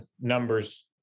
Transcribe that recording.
numbers